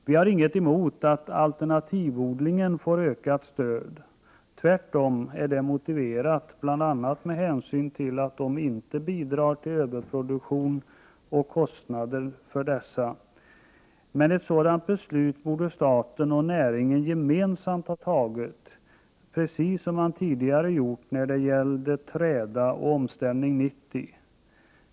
Vi har inget emot att alternativodling får ett ökat stöd. Det är tvärtom motiverat bl.a. med hänsyn till att den inte bidrar till överskottsproduktionen och kostnaderna för denna. Men ett sådant beslut borde staten och näringen fattat gemensamt på samma sätt som man tidigare gjort när det gällde träda och Omställning 90.